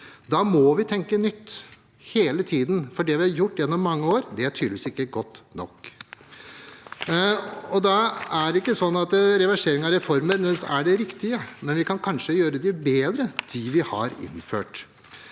Da må vi tenke nytt hele tiden, for det vi har gjort gjennom mange år, er tydeligvis ikke godt nok. Det er ikke sånn at reversering av reformer nødvendigvis er det riktige, men vi kan kanskje gjøre dem vi har innført,